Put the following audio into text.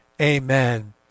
Amen